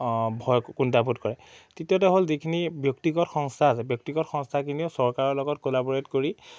ভয় কুণ্ঠাবোধ কৰে তৃতীয়তে হ'ল যিখিনি ব্যক্তিগত সংস্থা আছে ব্যক্তিগত সংস্থাখিনিও চৰকাৰৰ লগত ক'লাবৰেট কৰি